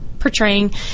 portraying